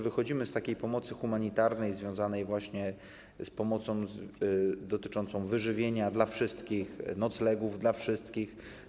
Wychodzimy z takiej pomocy humanitarnej związanej właśnie z pomocą dotyczącą wyżywienia dla wszystkich, noclegów dla wszystkich.